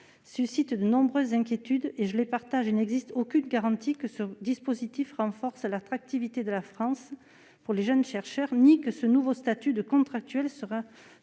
suscite de nombreuses inquiétudes, que je partage. Au demeurant, il n'existe aucune garantie que ce dispositif renforce l'attractivité de la France pour les jeunes chercheurs, ni que ce nouveau statut de contractuel sera une